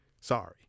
Sorry